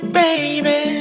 baby